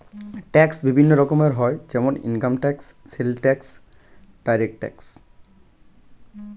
tax বিভিন্ন রকমের হয় যেমন income tax, sales tax, direct tax